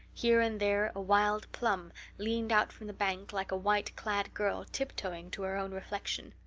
here and there a wild plum leaned out from the bank like a white-clad girl tip-toeing to her own reflection.